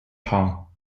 paar